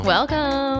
Welcome